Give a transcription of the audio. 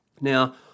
Now